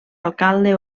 alcalde